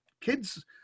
kids